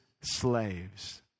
slaves